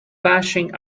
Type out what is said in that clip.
bashing